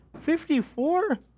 Fifty-four